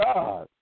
God